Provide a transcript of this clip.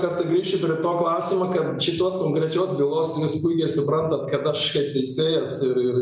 kad grįšiu prie to klausimo kad šitos konkrečios bylos jūs puikiai suprantat kad aš kaip teisėjas ir ir